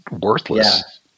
worthless